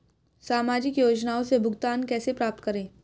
सामाजिक योजनाओं से भुगतान कैसे प्राप्त करें?